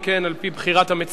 על-פי בחירת המציע,